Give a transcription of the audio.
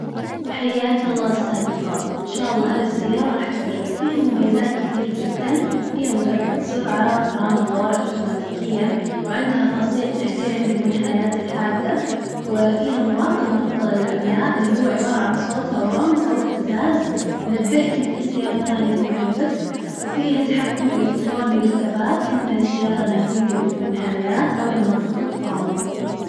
حياك الله أستاذي الفاضل، إن شاء الله هذي السيارة راح تعجبك فيها مميزات كثير جداً، فيها مثبت سرعة وفرامل طوارئ أتوماتيكية، وعندها خاصية تحذير عند المنحنيات الحادة، وفيها مراقب نقطة العمياء اللي هو عبارة عن صوت أو رمز أو اهتزاز، ينبهك إن في سيارة ثانية في محيطك، وفيها تحكم إلكتروني للثبات يمنع السيارة إنها تنقلب في المنحنيات أو لما تظغط فرامل.